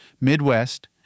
Midwest